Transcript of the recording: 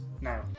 now